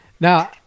now